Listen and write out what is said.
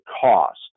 cost